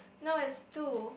no it's two